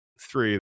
three